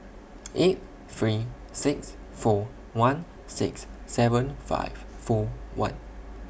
eight three six four one six seven five four one